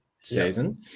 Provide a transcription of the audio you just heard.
season